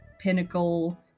Pinnacle